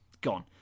Gone